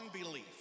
belief